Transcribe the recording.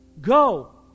Go